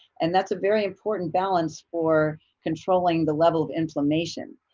and that's a very important balance for controlling the level of inflammation.